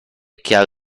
chiar